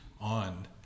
on